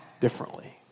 differently